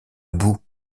bout